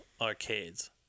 arcades